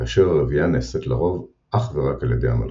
כאשר הרבייה נעשית לרוב אך ורק על ידי המלכה,